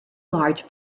large